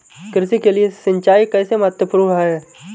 कृषि के लिए सिंचाई कैसे महत्वपूर्ण है?